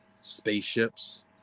spaceships